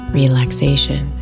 relaxation